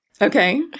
Okay